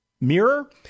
mirror